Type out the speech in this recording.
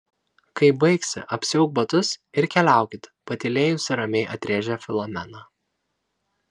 kai baigsi apsiauk batus ir keliaukit patylėjusi ramiai atrėžė filomena